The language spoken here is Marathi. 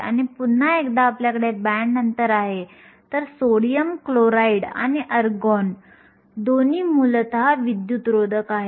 म्हणून जर σ ही वाहकता असेल तर सिग्मा हे n e μe p e μh होय